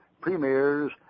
premiers